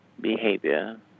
behavior